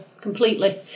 completely